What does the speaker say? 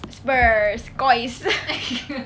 spurs COYS